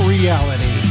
Reality